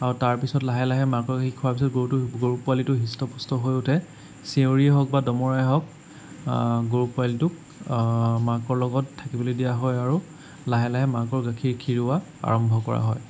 আৰু তাৰপিছত লাহে লাহে মাকৰ গাখীৰ খোৱাৰ পিছত গৰুটো গৰু পোৱালিটো হৃষ্ট পুষ্ট হৈ উঠে চেউৰীয়ে হওক বা দমৰাই হওক গৰু পোৱালিটোক মাকৰ লগত থাকিবলৈ দিয়া হয় আৰু লাহে লাহে মাকৰ গাখীৰ খীৰোৱা আৰম্ভ কৰা হয়